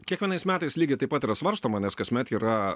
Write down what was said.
kiekvienais metais lygiai taip pat yra svarstoma nes kasmet yra